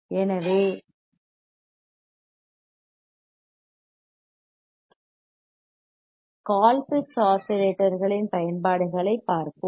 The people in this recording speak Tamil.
எனவே கோல்பிட்ஸ் ஆஸிலேட்டர்களின் பயன்பாடுகளைப் பார்ப்போம்